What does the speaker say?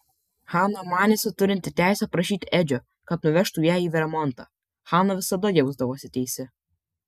hana manėsi turinti teisę prašyti edžio kad nuvežtų ją į vermontą hana visada jausdavosi teisi